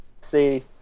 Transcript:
see